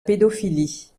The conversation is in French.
pédophilie